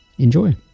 enjoy